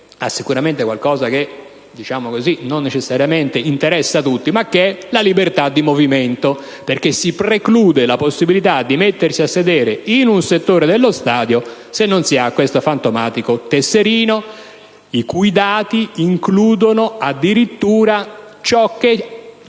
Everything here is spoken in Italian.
relativamente a qualcosa che certo non necessariamente interessa tutti, ma che è la libertà di movimento. Infatti, si preclude la possibilità di mettersi a sedere in un settore dello stadio se non si ha questo fantomatico tesserino, i cui dati includono addirittura ciò che